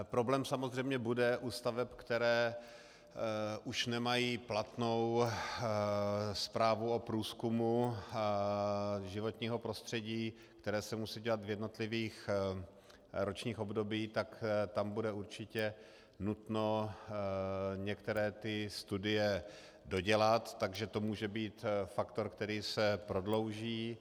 Problém samozřejmě bude u staveb, které už nemají platnou zprávu o průzkumu životního prostředí, která se musí dělat v jednotlivých ročních obdobích, tak tam bude určitě nutno některé ty studie dodělat, takže to může být faktor, který se prodlouží.